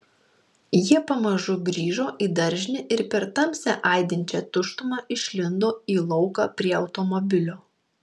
jie pamažu grįžo į daržinę ir per tamsią aidinčią tuštumą išlindo į lauką prie automobilio